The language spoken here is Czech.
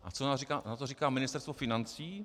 A co na to říká Ministerstvo financí?